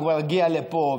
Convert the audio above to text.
הוא כבר הגיע לפה,